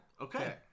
Okay